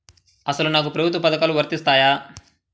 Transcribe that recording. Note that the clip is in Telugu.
అసలు నాకు ప్రభుత్వ పథకాలు వర్తిస్తాయా?